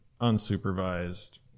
unsupervised